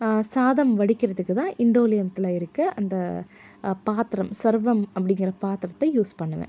சாதம் வடிக்கிறதுக்கு தான் இண்டோலியத்தில் இருக்கற அந்த பாத்திரம் சர்வம் அப்படிங்கிற பாத்திரத்தை யூஸ் பண்ணுவேன்